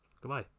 Goodbye